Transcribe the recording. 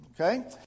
Okay